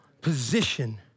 Position